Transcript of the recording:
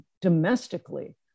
domestically